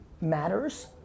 matters